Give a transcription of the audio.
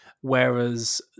whereas